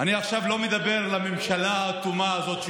אני עכשיו לא מדבר לממשלה האטומה הזאת,